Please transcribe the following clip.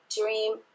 dream